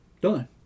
Done